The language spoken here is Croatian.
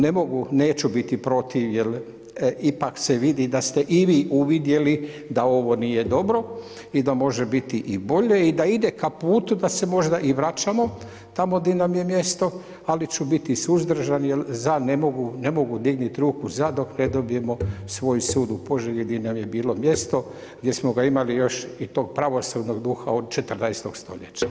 Ne mogu, neću biti protiv jer ipak se vidi da ste i vi uvidjeli da ovo nije dobro i da može biti i bolje i da ide ka putu da se možda i vraćamo tamo gdje nam je mjesto ali ću biti suzdržan jer za ne mogu dignuti ruku za dok ne dobijemo svoj sud u Požegi gdje nam je bilo mjesto, gdje smo ga imali još i tog pravosudnog duha od 14. stoljeća.